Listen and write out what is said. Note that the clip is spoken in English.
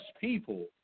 people